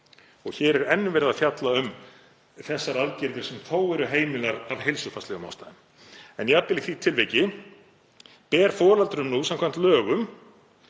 Hér er enn verið að fjalla um þessar aðgerðir sem þó eru heimilar af heilsufarslegum ástæðum, en jafnvel í því tilviki ber foreldrum nú samkvæmt lögum